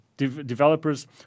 Developers